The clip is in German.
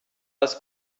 das